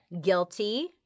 guilty